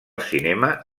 cinema